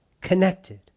connected